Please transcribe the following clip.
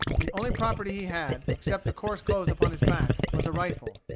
the only property he had, except the coarse clothes upon his back, was a rifle.